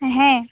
ᱦᱮᱸ